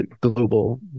global